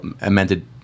amended